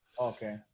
Okay